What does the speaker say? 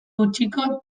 gutxiko